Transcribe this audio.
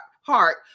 heart